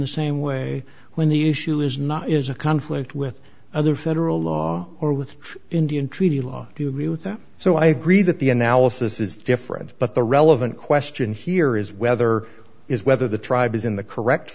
the same way when the issue is not is a conflict with other federal law or with indian treaty law do you agree with that so i agree that the analysis is different but the relevant question here is whether is whether the tribe is in the correct